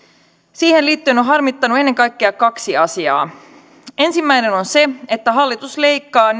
siihen liittyen on on harmittanut ennen kaikkea kaksi asiaa ensimmäinen on on se että hallitus leikkaa